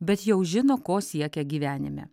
bet jau žino ko siekia gyvenime